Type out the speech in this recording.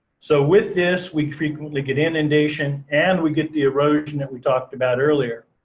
so with this, we frequently get inundation and we get the erosion that we talked about earlier.